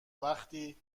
وقتی